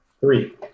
Three